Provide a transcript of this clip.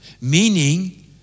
Meaning